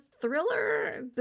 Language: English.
thriller